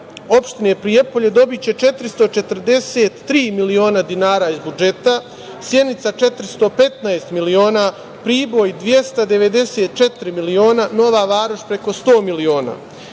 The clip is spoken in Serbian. opštine Prijepolje dobiće 443 miliona dinara iz budžeta, Sjenica 415 miliona, Priboj 294 miliona, Nova Varoš preko 100 miliona.